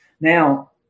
Now